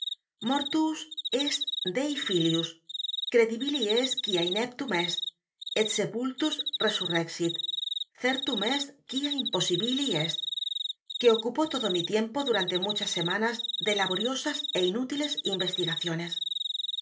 esl dei filius credibile est quia ineptum est et sepultas resurreaoit certum est quia impossibile est que ocupó todo mi tiempo durante muchas semanas de laboriosas é inútiles investigaciones